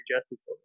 Justice